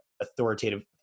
authoritative